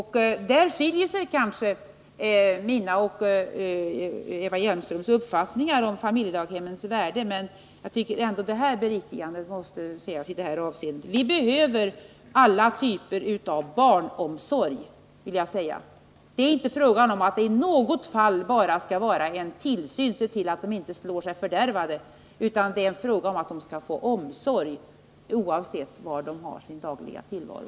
Härvidlag skiljer sig kanske min uppfattning och Eva Hjelmströms uppfattning om familjedaghemmens värde. Jag vill inte att det hon sade skall stå oemotsagt. Vi behöver alla typer av barnomsorg. Det skall inte i något fall bara vara en tillsyn — att man ser till att barnen inte slår sig fördärvade. Barnen skall få omsorg, oavsett var de har sin dagliga tillvaro.